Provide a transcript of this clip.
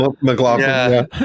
McLaughlin